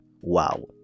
Wow